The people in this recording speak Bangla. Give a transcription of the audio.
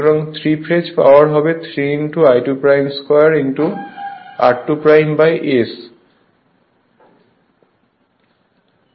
সুতরাং 3 ফেজ পাওয়ার হবে 3 I2 2 r2 S